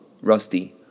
Rusty